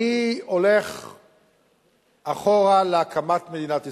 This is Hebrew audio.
אני הולך אחורה, להקמת מדינת ישראל.